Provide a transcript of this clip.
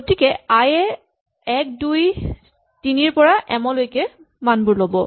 গতিকে I A ১ ২ ৩ ৰ পৰা এম লৈকে মানবোৰ ল'ব